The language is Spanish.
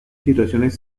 situaciones